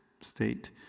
state